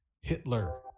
Hitler